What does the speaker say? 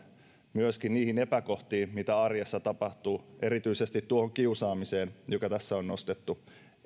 myöskin niihin epäkohtiin mitä arjessa tapahtuu erityisesti kiusaamiseen joka tässä on nostettu